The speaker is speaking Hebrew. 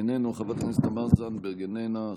איננו, חברת הכנסת תמר זנדברג, איננה.